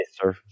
sir